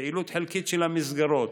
הפעילות החלקית של מסגרות,